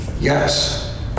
yes